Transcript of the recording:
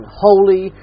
holy